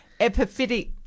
epiphytic